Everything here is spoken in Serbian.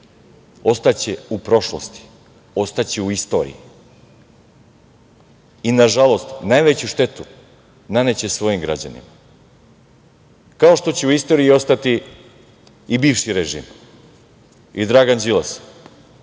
ostaće u prošlosti, ostaće u istoriji i, nažalost, najveću štetu naneće svojim građanima. Kao što će u istoriji ostati i bivši režim i Dragan Đilas,